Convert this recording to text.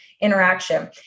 interaction